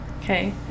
okay